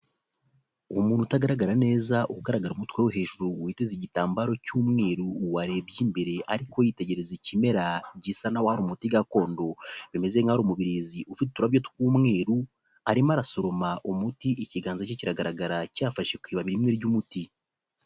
Umuntu utagaragara neza, ugaragara umutwe wo hejuru witeze igitambaro cy'umweru, warebye imbere ariko yitegereza ikimera gisa naho ari umuti gakondo. Bimeze nkaho ari umubirizi ufite uturabyo tw'umweru, arimo arasoroma umuti. Ikiganza cye kiragaragara cyafashe ku ibabi rimwe ry'umuti.